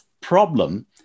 problem